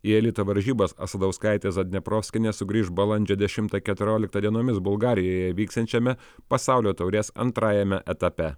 į elito varžybas asadauskaitė zadneprovskienė sugrįš balandžio dešimtą keturioliktą dienomis bulgarijoje vyksiančiame pasaulio taurės antrajame etape